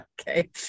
Okay